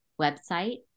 website